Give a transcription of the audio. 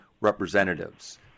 representatives